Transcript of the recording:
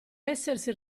essersi